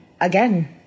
again